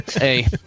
Hey